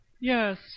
Yes